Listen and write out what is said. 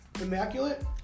Immaculate